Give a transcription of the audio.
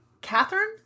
Catherine